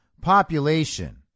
population